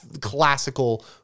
classical